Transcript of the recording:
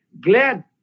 glad